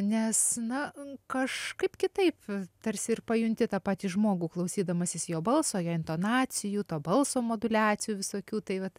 nes na kažkaip kitaip tarsi ir pajunti tą patį žmogų klausydamasis jo balso jo intonacijų to balso moduliacijų visokių tai vat